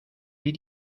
les